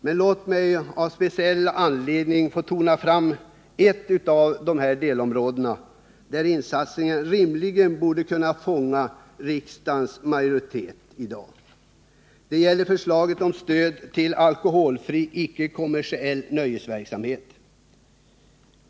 Men låt mig av speciella skäl tona fram ett av delområdena, där insatserna rimligen borde kunna fånga riksdagens majoritet i dag. Det gäller förslaget om stöd till alkoholfri icke-kommersiell nöjesverksamhet.